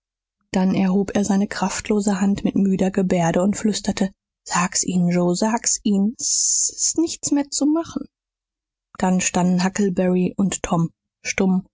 dann erhob er seine kraftlose hand mit müder gebärde und flüsterte sag's ihnen joe sag's ihnen s ist nichts mehr zu machen dann standen huckleberry und tom stumm